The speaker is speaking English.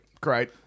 Great